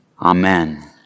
Amen